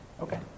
Okay